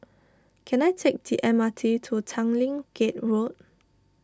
can I take the M R T to Tanglin Gate Road